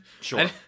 Sure